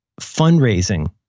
fundraising